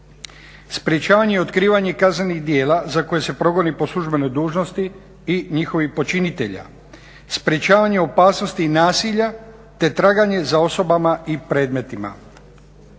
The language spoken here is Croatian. sprečavanje i otkrivanje kaznenih djela za koje se progoni po službenoj dužnosti i njihovih počinitelja, sprečavanje opasnosti nasilja te traganje za osobama i predmetima.